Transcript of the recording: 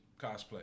cosplay